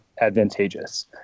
advantageous